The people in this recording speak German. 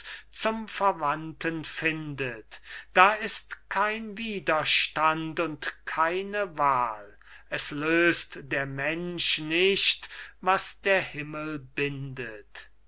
zum verwandten findet da ist kein widerstand und keine wahl es löst der mensch nicht was der himmel bindet